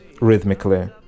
rhythmically